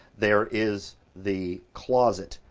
there is the closet,